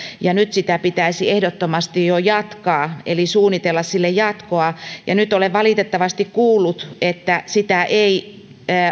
ja nyt sitä pitäisi ehdottomasti jo jatkaa eli suunnitella sille jatkoa ja nyt olen valitettavasti kuullut että sitä ei